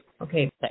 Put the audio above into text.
Okay